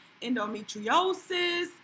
endometriosis